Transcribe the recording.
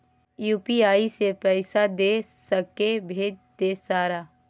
UPI से पैसा दे सके भेज दे सारा?